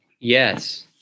Yes